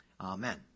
amen